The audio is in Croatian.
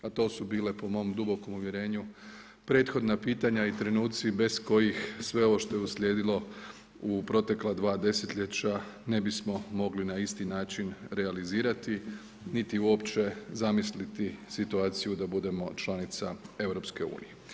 A to su bile po mom dubokom uvjerenju prethodna pitanja i trenuci, bez kojih sve ovo što je uslijedilo u protekla 2 desetljeća ne bismo mogli na isti način realizirati, niti uopće zamisliti situaciju da budemo članica EU.